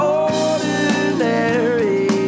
ordinary